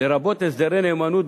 לרבות הסדרי נאמנות,